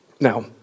Now